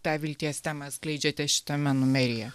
tą vilties temą skleidžiate šitame numeryje